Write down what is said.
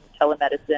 telemedicine